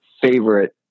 favorite